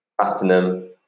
platinum